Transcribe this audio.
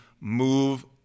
move